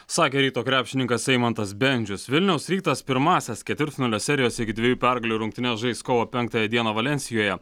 sakė ryto krepšininkas eimantas bendžius vilniaus rytas pirmąsias ketvirtfinalio serijos iki dviejų pergalių rungtynes žais kovo penktąją dieną valensijoje